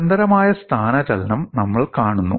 നിരന്തരമായ സ്ഥാനചലനം നമ്മൾ കാണുന്നു